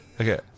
okay